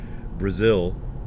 Brazil